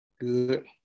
Good